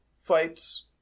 fights